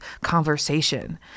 conversation